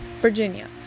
Virginia